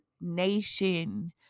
nation